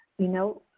you know,